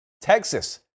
Texas